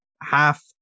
half